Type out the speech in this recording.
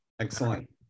Excellent